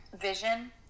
vision